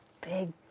big